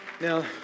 Now